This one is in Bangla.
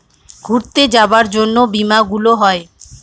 ঘুরতে যাবার জন্য বীমা গুলো হয়